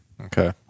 Okay